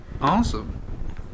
Awesome